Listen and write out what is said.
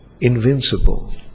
invincible